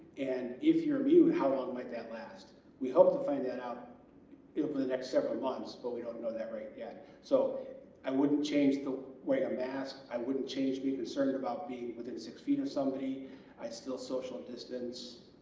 and if you're immune how long like that lasts we hope to find that out over the next several months but we don't know that right yet so i wouldn't change the way i'm masked, i wouldn't change being concerned about being within six feet of somebody i still social distance,